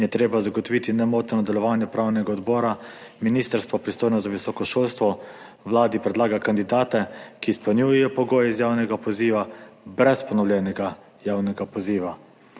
in je treba zagotoviti nemoteno delovanje upravnega odbora, ministrstvo, pristojno za visoko šolstvo, Vladi predlaga kandidate, ki izpolnjujejo pogoje iz javnega poziva, brez ponovljenega javnega poziva«.